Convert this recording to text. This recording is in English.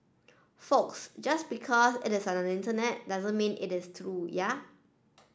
folks just because it is on the Internet doesn't mean it is true ya